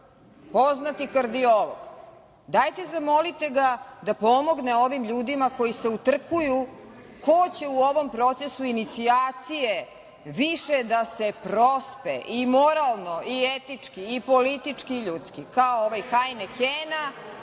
poznati kardiolog. Dajte, zamolite ga da pomogne ovim ljudima koji se utrkuju ko će u ovom procesu inicijacije više da se prospe i moralno, i etički, i politički, i ljudski, kao ovaj Hajnekena,